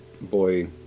boy